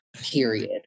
period